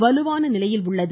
வலுவான நிலையில் உள்ளது